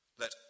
Let